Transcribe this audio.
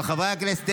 חברת הכנסת שיר,